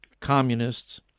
communists